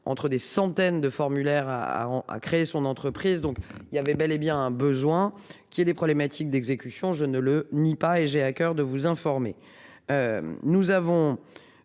entre des centaines de formulaires à ah on a créé son entreprise, donc il y avait bel et bien un besoin qu'il y ait des problématiques d'exécution. Je ne le nie pas, et j'ai à coeur de vous informer. Nous avons